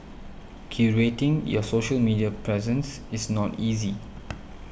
curating your social media presence is not easy